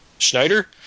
Schneider